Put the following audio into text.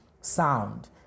sound